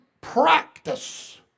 practice